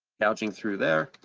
gouging through there,